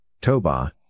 toba